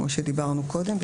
כמו שדיברנו קודם,